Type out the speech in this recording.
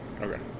Okay